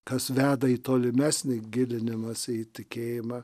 kas veda į tolimesnį gilinimąsi į tikėjimą